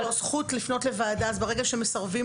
הזכות לפנות לוועדה, ברגע שמסרבים